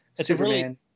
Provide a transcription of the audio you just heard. Superman